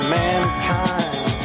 mankind